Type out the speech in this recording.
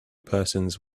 persons